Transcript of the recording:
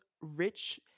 rich